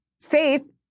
faith